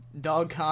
Dog